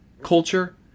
culture